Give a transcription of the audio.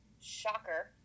shocker